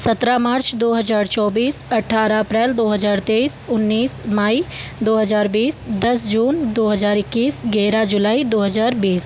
सत्रह मार्च दो हज़ार चौबीस अट्ठारह अप्रैल दो हज़ार तेइस उन्नीस मई दो हज़ार बीस दस जून दो हज़ार इक्कीस ग्यारह जुलाई दो हज़ार बीस